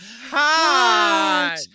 hot